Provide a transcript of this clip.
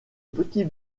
petit